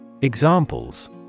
Examples